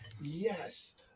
Yes